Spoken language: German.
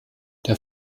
der